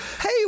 Hey